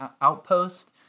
outpost